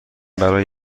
برای